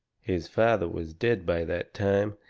his father was dead by that time,